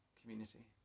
community